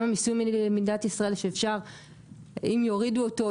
גם המסים למדינת ישראל אם יורידו אותו,